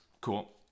Cool